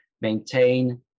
maintain